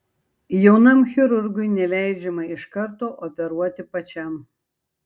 jaunam chirurgui neleidžiama iš karto operuoti pačiam